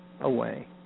away